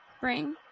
bring